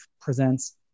presents